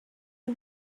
you